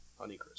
Honeycrisp